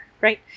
right